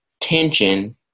tension